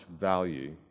value